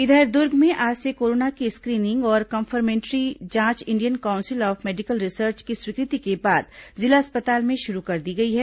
इधर दुर्ग में आज से कोरोना की स्क्रीनिंग और कंफर्मेट्री जांच Indian Council of Medical Research की स्वीकृति के बाद जिला अस्पताल में शुरू कर दी गई है